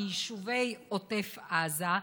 מיישובי עוטף עזה,